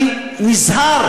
אני נזהר,